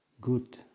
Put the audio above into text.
good